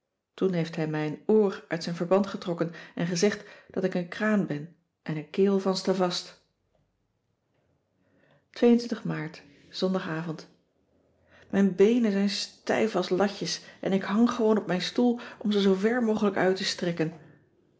toen heeft hij mijn oor uit zijn verband getrokken en gezegd dat ik een kraan ben en een kerel van stavast aart ondagavond ijn beenen zijn stijf als latjes en ik hang gewoon op mijn stoel om ze zoover mogelijk uit te strekken